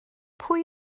pwy